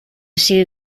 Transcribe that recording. sigui